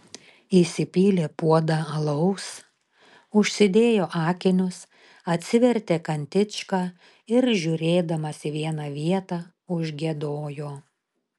įsipylė puodą alaus užsidėjo akinius atsivertė kantičką ir žiūrėdamas į vieną vietą užgiedojo